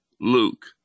Luke